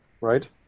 right